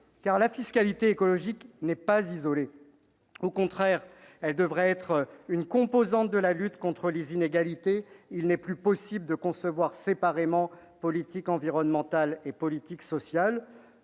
Car la fiscalité écologique n'est pas isolée. Au contraire, elle devrait être une composante de la lutte contre les inégalités. Il n'est plus possible de concevoir séparément politique environnementale et politique sociale.